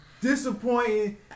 Disappointing